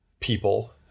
people